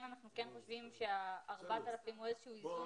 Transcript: אנחנו כן חושבים שה-4,000 שקלים הם איזון.